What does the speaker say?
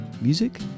music